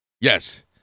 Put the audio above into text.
Yes